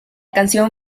canción